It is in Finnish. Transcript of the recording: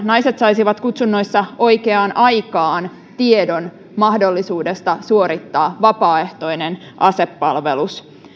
naiset saisivat kutsunnoissa oikeaan aikaan tiedon mahdollisuudesta suorittaa vapaaehtoinen asepalvelus